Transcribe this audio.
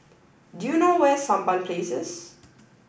do you know where is Sampan Places